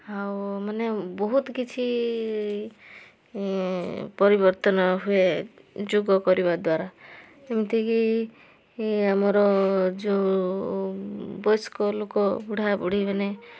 ଆଉ ମାନେ ବହୁତ କିଛି ପରିବର୍ତ୍ତନ ହୁଏ ଯୋଗ କରିବା ଦ୍ୱାରା ଏମିତି କି ଆମର ଯେଉଁ ବୟସ୍କ ଲୋକ ବୁଢ଼ା ବୁଢ଼ୀମାନେ